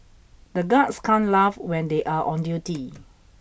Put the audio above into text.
the guards can't laugh when they are on duty